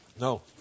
No